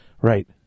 Right